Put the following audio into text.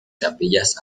capillas